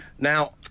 Now